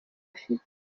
afite